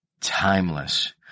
timeless